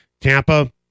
Tampa